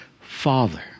Father